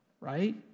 right